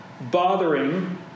bothering